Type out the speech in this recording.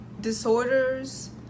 disorders